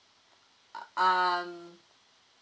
uh um